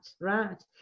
right